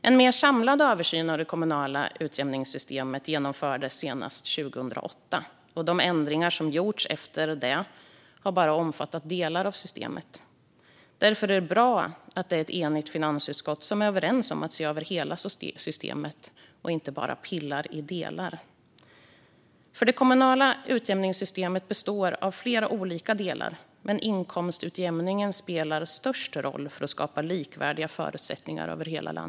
En mer samlad översyn av det kommunala utjämningssystemet genomfördes senast 2008, och de ändringar som gjorts efter det har bara omfattat delar av systemet. Därför är det bra att det är ett enigt finansutskott som är överens om att se över hela systemet och inte bara pilla i delar. Det kommunala utjämningssystemet består av flera olika delar, men inkomstutjämningen spelar störst roll för att skapa likvärdiga förutsättningar över landet.